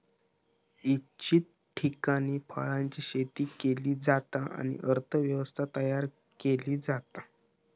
इच्छित ठिकाणी फळांची शेती केली जाता आणि अर्थ व्यवस्था तयार केली जाता